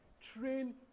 train